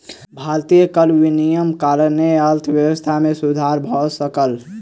भारतीय कर नियमक कारणेँ अर्थव्यवस्था मे सुधर भ सकल